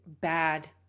bad